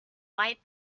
white